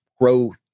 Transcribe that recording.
growth